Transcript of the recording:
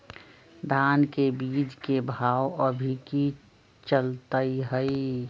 धान के बीज के भाव अभी की चलतई हई?